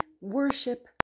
worship